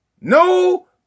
No